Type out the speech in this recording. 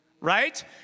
right